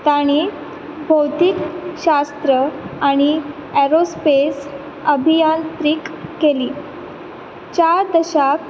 तांणी भोंवतीकशास्त्र आनी एरोस्पेस अभियांत्रीक केली चार दशाक